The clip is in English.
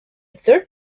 third